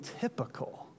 typical